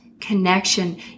connection